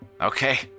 Okay